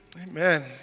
Amen